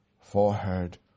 forehead